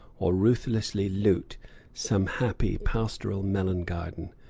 or ruthlessly loot some happy, pastoral melon-garden.